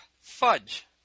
fudge